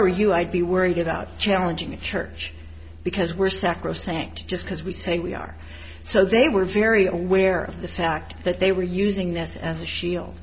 were you i'd be worried about challenging the church because we're sacrosanct just because we say we are so they were very aware of the fact that they were using this as a shield